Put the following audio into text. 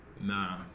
nah